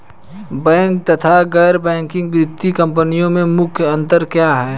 Bank तथा गैर banking वित्तीय कंपनियों में मुख्य अंतर क्या है?